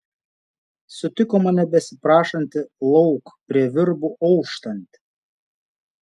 sutiko mane besiprašantį lauk prie virbų auštant